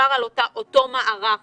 ברשותכם באתי היום לדבר על מגזר ספציפי,